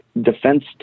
defense